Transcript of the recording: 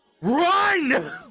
run